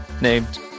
named